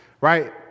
Right